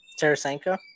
Tarasenko